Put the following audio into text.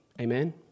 Amen